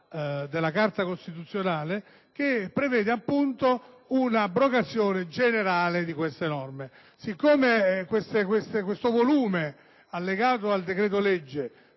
Grazie